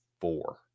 four